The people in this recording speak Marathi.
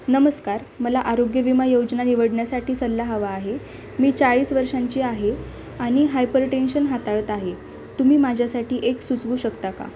नमस्कार मला आरोग्य विमा योजना निवडण्यासाठी सल्ला हवा आहे मी चाळीस वर्षांची आहे आणि हायपरटेन्शन हाताळत आहे तुम्ही माझ्यासाठी एक सुचवू शकता का